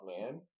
man